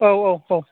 औ औ औ